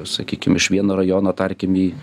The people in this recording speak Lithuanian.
sakykim iš vieno rajono tarkim į